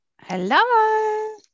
Hello